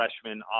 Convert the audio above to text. freshman